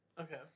Okay